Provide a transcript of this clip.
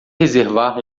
reservar